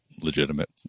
legitimate